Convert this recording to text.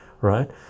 right